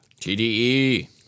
T-D-E